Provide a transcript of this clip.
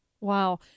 Wow